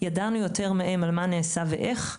ידענו יותר מחברי קבינט על מה נעשה ואיך,